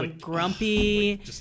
Grumpy